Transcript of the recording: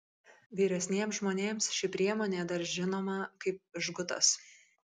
vyresniems žmonėms ši priemonė dar žinoma kaip žgutas